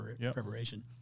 preparation